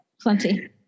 Plenty